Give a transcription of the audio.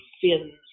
fins